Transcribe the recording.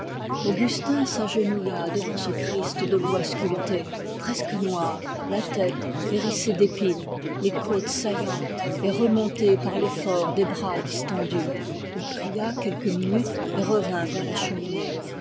augustin s'agenouilla devant ce christ de bois sculpté presque noir la tête hérissée d'épines les côtes saillantes et remontées par l'effort des bras distendus il pria quelques minutes et revint vers la cheminée